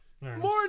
More